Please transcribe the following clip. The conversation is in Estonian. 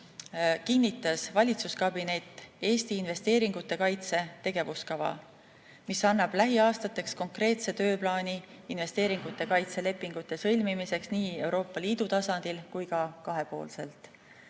kinnitas valitsuskabinet Eesti investeeringute kaitse tegevuskava, mis annab lähiaastateks konkreetse tööplaani investeeringute kaitse lepingute sõlmimiseks nii Euroopa Liidu tasandil kui ka kahepoolselt.